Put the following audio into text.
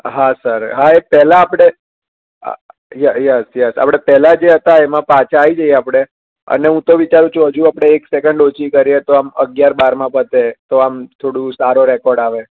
હા સર હા એ પેલા આપણે યસ યસ આપણે પહેલાં જે હતાં એમાં પાછા આવી જઈએ આપણે અને હું તો વિચારું છું હજુ આપણે એક સેકંડ ઓછી કરીએ તો આમ અગિયાર બારમાં પતે તો આમ થોડું સારો રેકોર્ડ આવે